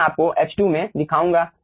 मैं आपको H2 में दिखाऊंगा